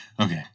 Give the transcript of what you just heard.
Okay